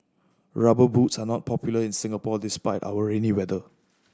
Rubber Boots are not popular in Singapore despite our rainy weather